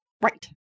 right